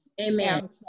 Amen